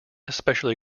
especially